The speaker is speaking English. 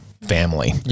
family